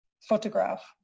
photograph